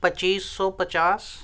پچیس سو پچاس